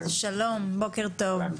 שלום בוקר טוב.